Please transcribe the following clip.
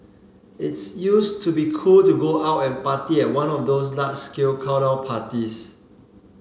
it's used to be cool to go out and party at one of those large scale countdown parties